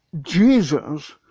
Jesus